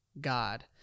God